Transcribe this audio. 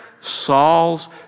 Saul's